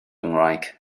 ngwraig